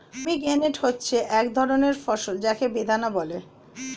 pomegranate হচ্ছে এক ধরনের ফল যাকে বেদানা বলে